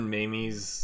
Mamie's